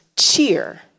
cheer